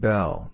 Bell